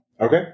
Okay